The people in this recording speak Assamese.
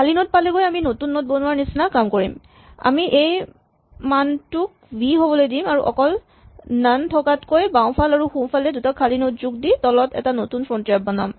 খালী নড পালেগৈ আমি নতুন নড বনোৱাৰ নিচিনা কাম কৰিম আমি এই মানটোক ভি হ'বলৈ দিম আৰু অকল নন থকাতকৈ বাওঁ আৰু সোঁফালে দুটা খালী নড যোগ দি তলত এটা নতুন ফ্ৰন্টিয়াৰ বনাম